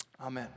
Amen